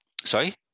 Sorry